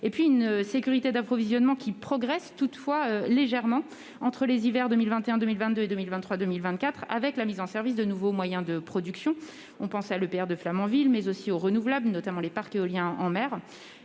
La sécurité d'approvisionnement progresse toutefois légèrement chaque hiver jusqu'en 2024, avec la mise en service de nouveaux moyens de production. Je pense à l'EPR de Flamanville, mais aussi aux renouvelables, notamment les parcs éoliens en mer.,